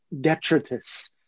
detritus